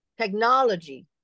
technology